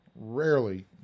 Rarely